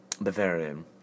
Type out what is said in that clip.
Bavarian